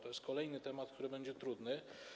To jest kolejny temat, który będzie trudny.